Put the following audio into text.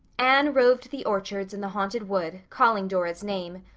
anne roved the orchards and the haunted wood, calling dora's name.